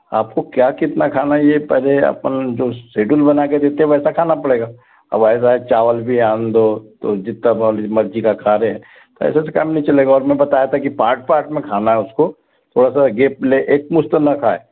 आपको क्या कितना खाना है ये पहले अपन जो शेड्यूल बना कर देते वैसे खाना पड़ेगा अब ऐसा है चावल भी आन दो तो जितना खाओ लेकिन मर्जी का खा रहे है ऐसा तो काम नहीं चलेगा और मैं बताया था कि पार्ट पार्ट में खाना है उसको थोड़ा सा गेप लें एक मुश्त ना खाएं